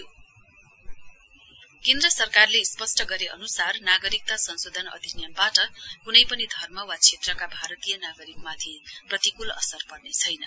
centre CAA केन्द्र सरकारले स्पष्ट गरे अन्सार नागरिक्ता संशोधन अधिनियमबाट क्नै पनि धर्म वा क्षेत्रका भारतरीय नागरिकमाथि प्रतिक्ल असर पर्ने छैन